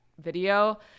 video